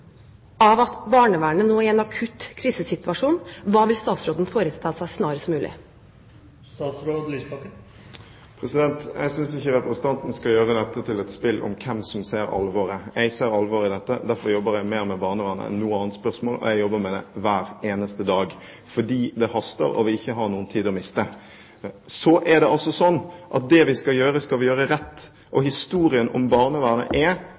at barnevernet nå er i en akutt krisesituasjon? Hva vil han snarest mulig foreta seg? Jeg synes ikke representanten skal gjøre dette til et spill om hvem som ser alvoret. Jeg ser alvoret i dette. Derfor jobber jeg mer med barnevernet enn med noe annet spørsmål. Og jeg jobber med det hver eneste dag, fordi det haster, og fordi vi ikke har noen tid å miste. Så er det slik at det vi skal gjøre, skal vi gjøre rett. Historien om barnevernet er